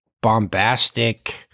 bombastic